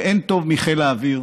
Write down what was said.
ואין טוב מחיל האוויר